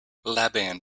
laban